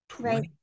Right